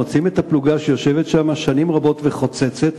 מוציאים את הפלוגה שיושבת שם שנים רבות וחוצצת